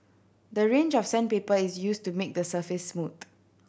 the range of sandpaper is used to make the surface smooth